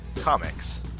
Comics